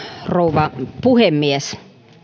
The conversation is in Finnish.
rouva puhemies